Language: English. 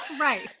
right